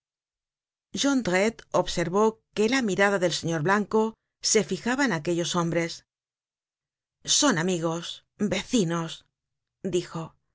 at jondretle observó que la mirada del señor blanco se fijaba en aquellos hombres son amigos vecinos dijo